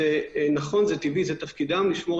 זה תפקידם.